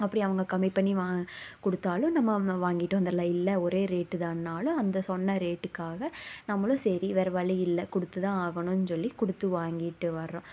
அப்படி அவங்க கம்மி பண்ணி வாங் கொடுத்தாலும் நம்ம வாங்கிட்டு வந்துடலாம் இல்லை ஒரே ரேட்டுதானாலும் அந்த சொன்ன ரேட்டுக்காக நம்மளும் சரி வேறு வழி இல்லை கொடுத்துதான் ஆகணும்னு சொல்லி கொடுத்து வாங்கிட்டு வரோம்